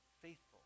faithful